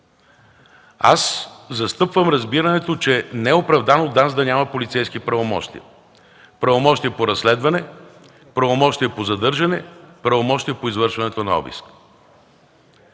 Аз застъпвам разбирането, че не е оправдано ДАНС да няма полицейски правомощия – правомощие по разследване, правомощие по задържане, правомощие по извършването на обиск.